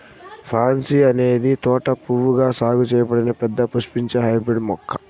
pansy అనేది తోట పువ్వుగా సాగు చేయబడిన పెద్ద పుష్పించే హైబ్రిడ్ మొక్క